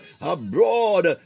abroad